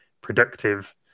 productive